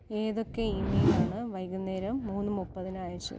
ഏതൊക്കെ ഇമെയിലാണ് വൈകുന്നേരം മൂന്ന് മുപ്പതിനയച്ചത്